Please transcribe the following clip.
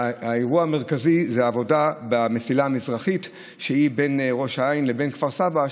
והאירוע המרכזי הוא עבודה במסילה המזרחית בין ראש העין לבין כפר סבא,